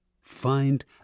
Find